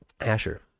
Asher